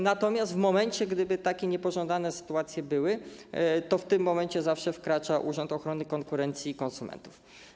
Natomiast w momencie gdyby takie niepożądane sytuacje były, to zawsze wkracza Urząd Ochrony Konkurencji i Konsumentów.